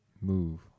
move